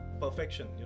perfection